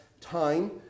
time